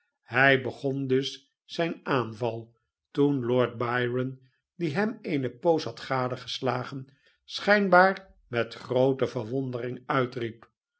hij begon dus zijn aanval toen lord byron die hem eene poos had gadegeslagen schijnbaar met groote verwondering uitriep